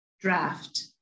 draft